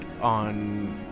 on